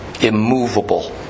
immovable